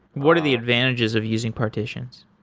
what are the advantages of using partitions?